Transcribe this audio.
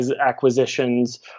acquisitions